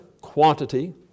quantity